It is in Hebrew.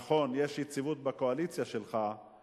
נכון, יש יציבות בקואליציה שלך,